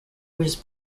was